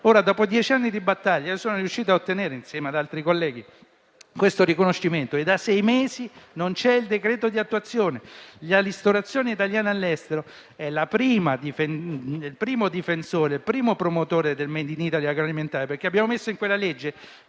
Dopo dieci anni di battaglie sono riuscito a ottenere, insieme ad altri colleghi, questo riconoscimento, ma da sei mesi manca il decreto di attuazione. La ristorazione italiana all'estero è il primo difensore e promotrice del *made in Italy* agroalimentare. Nella legge